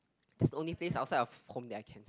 that's the only place outside of home that I can